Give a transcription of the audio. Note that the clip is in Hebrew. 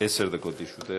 עשר דקות לרשותך.